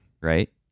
Right